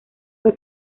fue